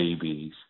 babies